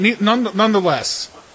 nonetheless